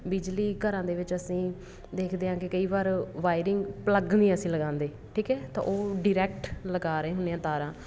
ਬਿਜਲੀ ਘਰਾਂ ਦੇ ਵਿੱਚ ਅਸੀਂ ਦੇਖਦੇ ਹਾਂ ਕਿ ਕਈ ਵਾਰ ਵਾਇਰਿੰਗ ਪਲੱਗ ਨਹੀਂ ਅਸੀਂ ਲਗਾਉਂਦੇ ਠੀਕ ਹੈ ਤਾਂ ਉਹ ਡੀਰੈਕਟ ਲਗਾ ਰਹੇ ਹੁੰਦੇ ਹਾਂ ਤਾਰਾਂ